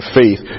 faith